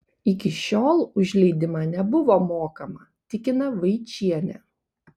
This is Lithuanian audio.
iki šiol už leidimą nebuvo mokama tikina vaičienė